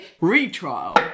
retrial